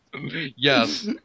Yes